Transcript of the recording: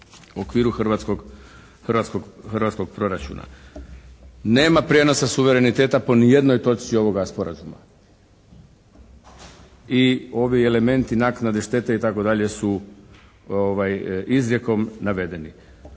u okviru hrvatskog proračuna. Nema prijenosa suvereniteta po ni jednoj točci ovoga sporazuma i ovi elementi naknade štete itd. su izrijekom navedeni.